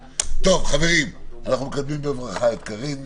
חברים, אנחנו מקדמים בברכה את קארין.